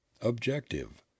Objective